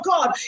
God